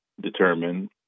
determine